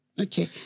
Okay